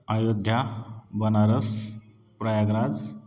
Ayodhya Banaras Prayagraj